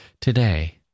today